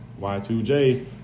Y2J